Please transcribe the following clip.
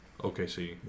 OKC